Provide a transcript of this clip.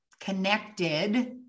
connected